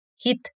hit